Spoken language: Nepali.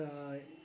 अन्त